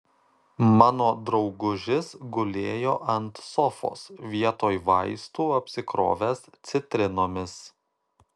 mano draugužis gulėjo ant sofos vietoj vaistų apsikrovęs citrinomis